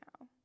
now